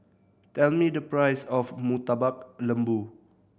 tell me the price of Murtabak Lembu